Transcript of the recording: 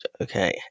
Okay